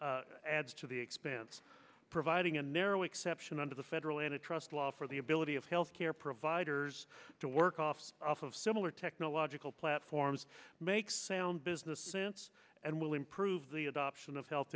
is adds to the expense providing a narrow exception under the federal antitrust law for the ability of healthcare providers to work off of similar technological platforms make sound business sense and will improve the adoption of health